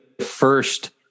first